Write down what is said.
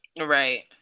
right